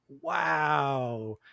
wow